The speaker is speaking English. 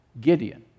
Gideon